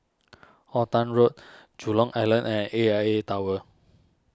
Halton Road Jurong Island and A I A Tower